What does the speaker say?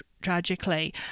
tragically